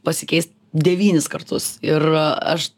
pasikeist devynis kartus ir aš